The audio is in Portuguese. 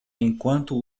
enquanto